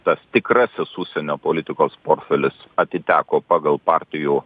tas tikrasis užsienio politikos portfelis atiteko pagal partijų